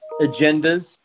agendas